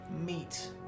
meet